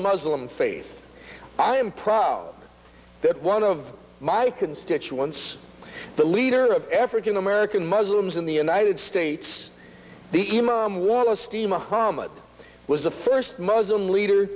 muslim faith i am proud that one of my constituents the leader of african american muslims in the united states the was the first muslim leader